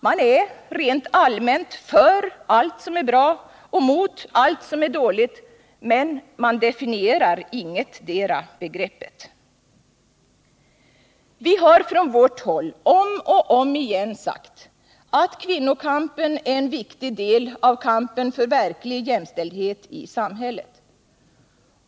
Man är rent allmänt för allt som är bra och mot allt som är dåligt, men man definierar ingetdera begreppet. Vi har från vårt håll om och om igen sagt att kvinnokampen är en viktig del av kampen för verklig jämställdhet i samhället.